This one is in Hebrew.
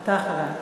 אתה אחריה.